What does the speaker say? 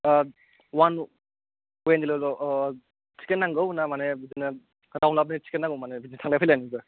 one way निल' द आह टिकेट नांगौ ना माने बिदिनो राउन्ड उपनि टिकेट नांगौ माने थांलाय फैलाय